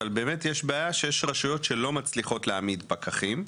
אבל באמת יש בעיה שישנן רשויות שלא מצליות להעמיד פקחים,